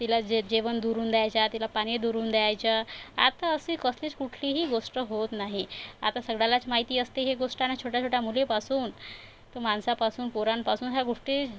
तिला जे जेवण दुरून द्यायचा तिला पाणी दुरून द्यायचं आत्ता अशी कसलीच कुठलीही गोष्ट होत नाही आता सगळ्यालाच माहिती असते हे गोष्ट आणि छोट्या छोट्या मुलीपासून माणसापासुन पोरांपासून ह्या गोष्टी